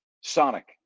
Sonic